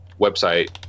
website